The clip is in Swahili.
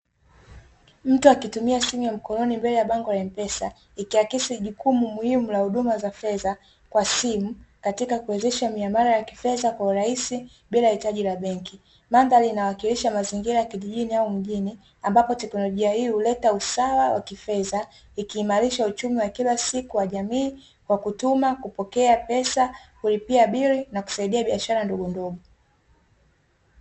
Mtu akitumia simu ya mkononi mbele ya bango la mpesa, ikiakisi jukumu muhimu la huduma za fedha kwa simu katika kuwezesha miamala ya kifedha kwa urahisi bila hitaji la benki. Mandhari inawakilisha mazingira ya kijijini au mjini ambapo teknologia hii uleta usawa wa kifedha ikiimarisha uchumi wa kila siku wa jamii wa kutuma, kupokea pesa, kulipia bili na kusaidia biashara ndogo ndogo.